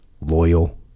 loyal